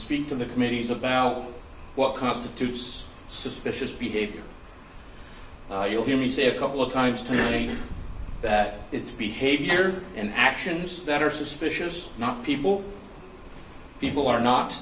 speak to the committees about what constitutes suspicious behavior you'll hear me say a couple of times to manning that it's behavior and actions that are suspicious not people people are not